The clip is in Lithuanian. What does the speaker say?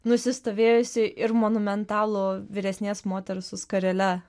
nusistovėjusį ir monumentalų vyresnės moters su skarele